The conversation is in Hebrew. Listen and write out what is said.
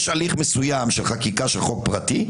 יש הליך מסוים של חקיקה של חוק פרטי,